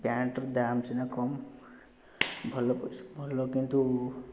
ପ୍ୟାଣ୍ଟ୍ର ଦାମ୍ ସିନା କମ୍ ଭଲ ଭଲ କିନ୍ତୁ